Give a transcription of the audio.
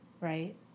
right